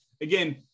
again